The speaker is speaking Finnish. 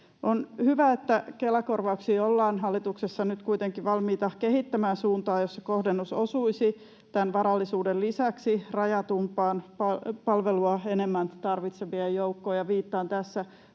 On hyvä, että Kela-korvauksia ollaan hallituksessa nyt kuitenkin valmiita kehittämään suuntaan, jossa kohdennus osuisi tämän varallisuuden lisäksi rajatumpaan, palvelua enemmän tarvitsevien joukkoon. Ja viittaan tässä